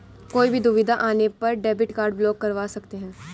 कोई भी दुविधा आने पर डेबिट कार्ड ब्लॉक करवा सकते है